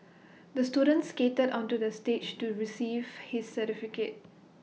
the student skated onto the stage to receive his certificate